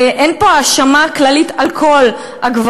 אין פה האשמה כללית של כל הגברים,